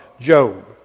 Job